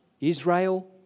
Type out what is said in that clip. Israel